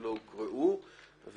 שלא הוקראו,